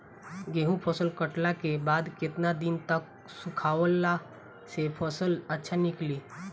गेंहू फसल कटला के बाद केतना दिन तक सुखावला से फसल अच्छा निकली?